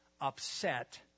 upset